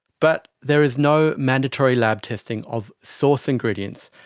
but there is no mandatory lab testing of source ingredients,